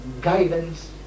guidance